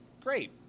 great